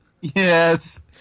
Yes